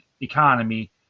economy